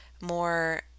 more